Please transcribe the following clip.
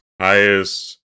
highest